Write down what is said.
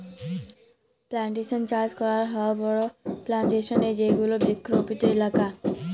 plantation চাস করাক হ বড়ো প্লানটেশন এ যেগুলা বৃক্ষরোপিত এলাকা